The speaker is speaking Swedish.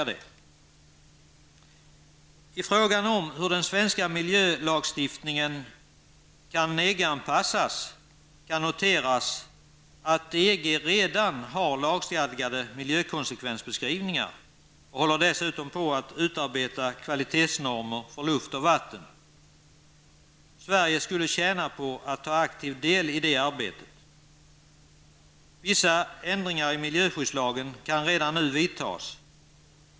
När det gäller frågan om hur den svenska miljölagstiftningen kan EG-anpassas kan noteras att EG redan har lagstadgade miljökonsekvensbeskrivningar och dessutom håller på att utarbeta kvalitetsnormer för luft och vatten. Sverige skulle tjäna på att ta aktiv del i detta arbete. Vissa ändringar i miljöskyddslagen kan redan nu göras.